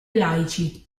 laici